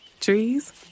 Trees